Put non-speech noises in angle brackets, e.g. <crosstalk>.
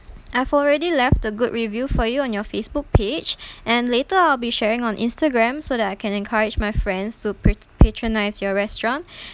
I've already left a good review for you on your facebook page <breath> and later I'll be sharing on instagram so that I can encourage my friends to pa~ patronise your restaurant <breath>